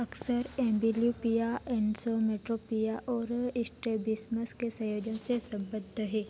अक्सर amblyopia anisometropia और strabismus के सयोजन से सबद्ध है